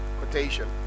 quotation